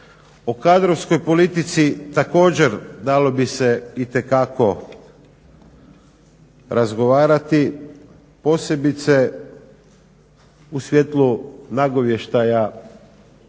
O kadrovskoj politici također dalo bi se itekako razgovarati posebice u svjetlu nagovještaja